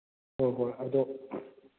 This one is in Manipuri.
ꯍꯣꯏ ꯍꯣꯏ ꯑꯗꯣ